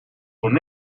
son